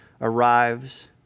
arrives